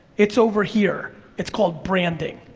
it's over here, it's called branding.